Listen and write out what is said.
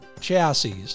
chassis